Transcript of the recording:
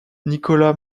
nikola